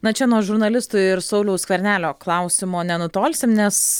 na čia nuo žurnalistų ir sauliaus skvernelio klausimo nenutolsim nes